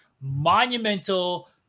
Monumental